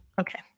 Okay